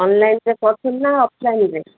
ଅନଲାଇନ୍ରେ କରୁଛନ୍ତି ନା ଅଫଲାଇନ୍ରେ